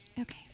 Okay